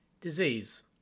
disease